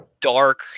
Dark